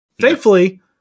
Thankfully